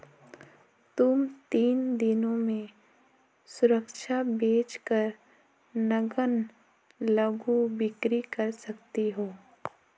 तुम तीन दिनों में सुरक्षा बेच कर नग्न लघु बिक्री कर सकती हो